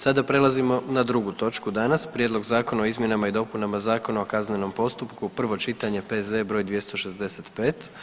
Sada prelazimo na drugu točku danas - Prijedlog zakona o izmjenama i dopunama Zakona o kaznenom postupku, prvo čitanje, P.Z. br. 265.